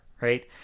right